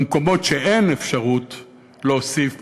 במקומות שאין אפשרות להוסיף